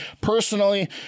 Personally